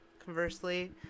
Conversely